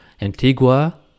Antigua